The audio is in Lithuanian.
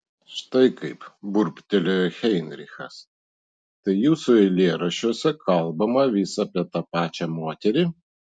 štai kaip burbtelėjo heinrichas tai jūsų eilėraščiuose kalbama vis apie tą pačią moterį